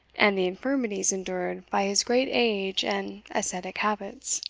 and the infirmities endured by his great age and ascetic habits